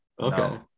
Okay